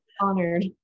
honored